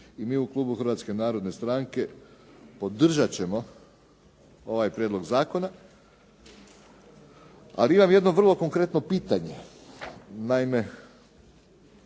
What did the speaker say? I mi u klubu Hrvatske narodne stranke podržat ćemo ovaj prijedlog zakona. Ali imam jedno vrlo konkretno pitanje.